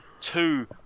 two